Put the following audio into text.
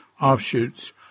offshoots